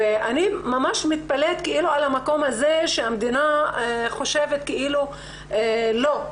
אני ממש מתפלאת על המקום הזה שהמדינה חושבת כאילו לא.